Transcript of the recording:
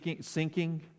sinking